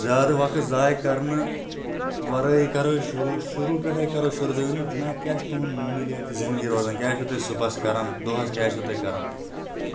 زیادٕ وقت زایہِ کرنہٕ ورٲے کرو شُروٗع شروٗع پٮ۪ٹھَے کرو شُروٗع تُہۍ ؤنِو جِناب کیٛاہ چھُ تُہُنٛد معموٗلیاتِ زندگی روزان کیٛاہ چھُو تُہۍ صُبحَس کَران دۄہس کیٛاہ چھُو تُہۍ کَران